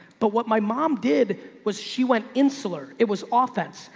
but what my mom did was she went insular. it was authentic.